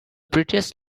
prettiest